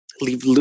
Leave